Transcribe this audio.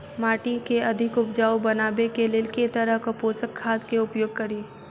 माटि केँ अधिक उपजाउ बनाबय केँ लेल केँ तरहक पोसक खाद केँ उपयोग करि?